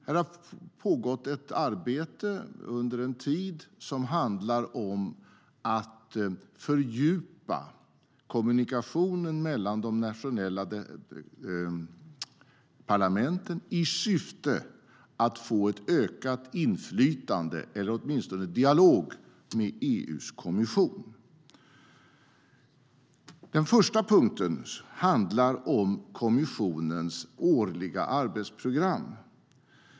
Det har under en tid pågått ett arbete som handlar om att fördjupa kommunikationen mellan de nationella parlamenten i syfte att få ett ökat inflytande eller åtminstone en dialog med EU-kommissionen.Den första punkten handlar om kommissionens årliga arbetsprogram.